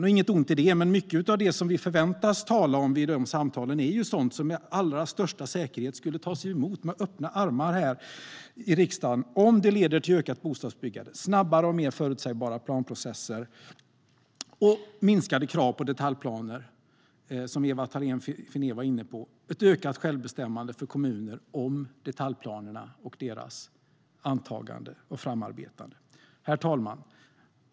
Det är inget ont i det, men mycket av det som vi förväntas tala om i de samtalen är sådant som med allra största säkerhet skulle tas emot med öppna armar här i riksdagen om det leder till ökat bostadsbyggande, snabbare och mer förutsägbara planprocesser, minskade krav på detaljplaner, som Ewa Thalén Finné var inne på, och ökat självbestämmande för kommuner om detaljplanerna och deras antagande och framarbetande. Herr talman!